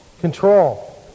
Control